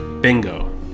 Bingo